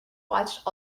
watched